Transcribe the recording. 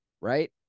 Right